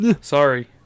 Sorry